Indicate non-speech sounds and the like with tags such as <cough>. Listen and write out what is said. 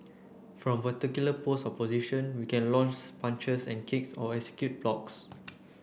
from particular pose or position we can <unintelligible> punches and kicks or execute blocks